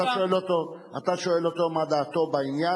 אתה שואל אותו מה דעתו בעניין.